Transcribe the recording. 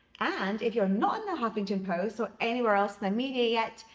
and if you're not in the huffington post or anywhere else in the media yet,